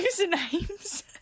usernames